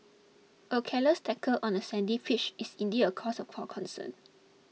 a careless tackle on a sandy pitch is indeed a cause for concern